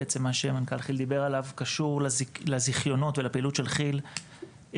מה שמנכ"ל כי"ל דיבר עליו קשור לזיכיונות ולפעילות של כי"ל גם